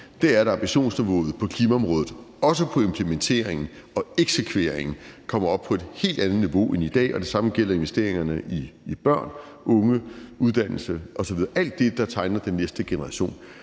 er, at ambitionsniveauet på klimaområdet, også i forhold til implementering og eksekvering, kommer op på et helt andet niveau end i dag, og det samme gælder investeringerne i børn, unge, uddannelse osv., altså alt det, der tegner den næste generation.